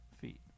feet